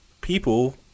people